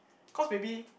cause maybe